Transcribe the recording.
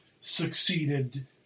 succeeded